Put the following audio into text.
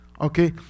Okay